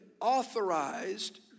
authorized